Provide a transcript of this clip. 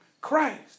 Christ